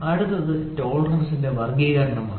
അടുത്തത് ടോളറൻസിന്റെ വർഗ്ഗീകരണമാണ്